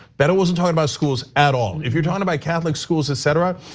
beto wasn't talking about schools at all. if you're talking about catholic schools etc,